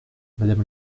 madame